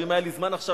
ואם היה לי זמן עכשיו,